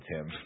Tim